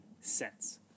cents